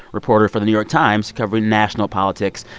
reporter for the new york times covering national politics.